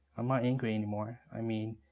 i'm not angry anymore. i mean